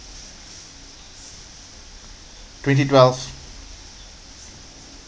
twenty twelve